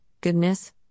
goodness